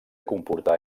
comportà